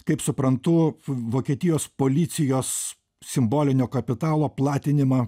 kaip suprantu vokietijos policijos simbolinio kapitalo platinimą